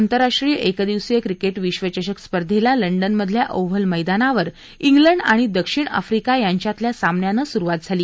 आंतरराष्ट्रीय एकदिवसीय क्रिकेट विश्वचषक स्पर्धेला लंडनमधल्या ओव्हल मैदानावर इंग्लंड आणि दक्षिण आफ्रिका यांच्यातल्या सामन्यानं सुरुवात झाली